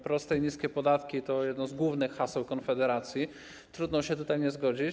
Proste i niskie podatki to jedno z głównych haseł Konfederacji, trudno się tutaj nie zgodzić.